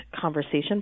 conversation